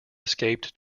escaped